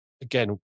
again